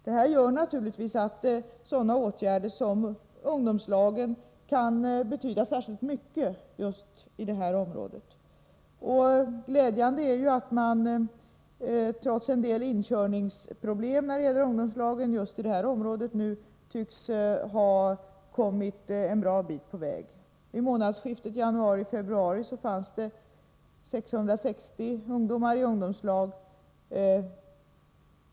Detta gör att sådana åtgärder som ungdomslagen kan betyda särskilt mycket just i detta område. Glädjande är att man trots en del inkörningsproblem när det gäller ungdomslagen i det här området nu tycks ha kommit en bra bit på väg. I månadsskiftet januari-februari fanns det 660 ungdomar i ungdomslag.